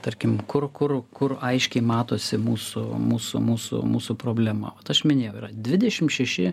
tarkim kur kur kur aiškiai matosi mūsų mūsų mūsų mūsų problema vat aš minėjau yra dvidešim šeši